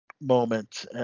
moment